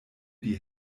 die